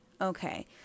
Okay